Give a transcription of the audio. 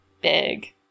Big